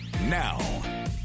Now